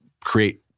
create